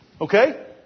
Okay